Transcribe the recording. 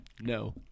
No